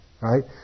right